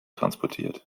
transportiert